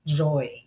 joy